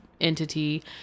entity